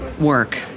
work